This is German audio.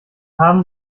haben